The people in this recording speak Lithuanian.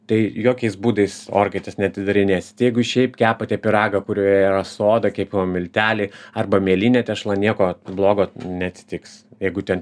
tai jokiais būdais orkaitės neatidarinėsit jeigu šiaip kepate pyragą kurioje yra soda kepimo milteliai arba mielinė tešla nieko blogo neatsitiks jeigu ten